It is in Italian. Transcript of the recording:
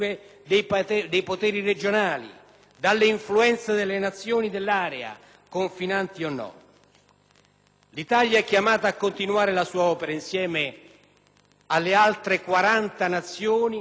L'Italia è chiamata a continuare la sua opera, insieme alle altre 40 Nazioni contributrici di forze. Ma l'azione militare, essenziale per rafforzare l'autorità